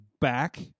back